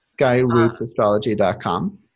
Skyrootsastrology.com